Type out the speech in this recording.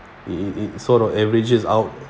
it it it sort of averages out